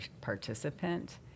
participant